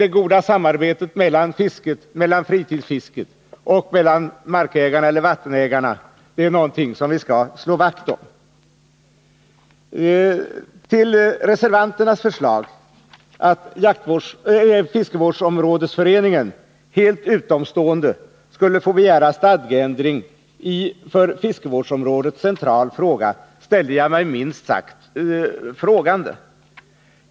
Det goda samarbetet mellan fritidsfisket och vattenägarna är någonting som vi skall slå vakt om. Till reservanternas förslag, att för fiskevårdsområdesföreningen helt utomstående skulle få begära stadgeändring i för fiskevårdsomrädet central fråga, ställer jag mig minst sagt frågande.